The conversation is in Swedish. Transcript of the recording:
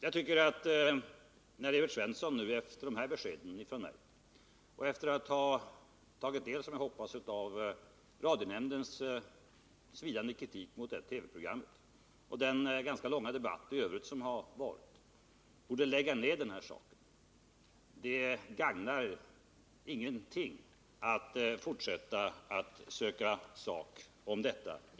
Jag tycker att Evert Svensson efter de här beskeden från mig och efter den ganska långa debatt i övrigt som har förts borde lägga ner den här frågan. Det gagnar ingen att fortsätta att söka sak om detta.